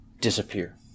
disappear